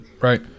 right